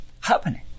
happening